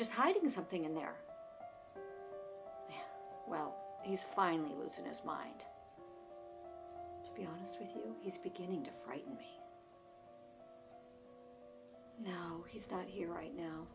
just hiding something in there well he's finally wins in his mind to be honest with you he's beginning to frighten me now he's not here right now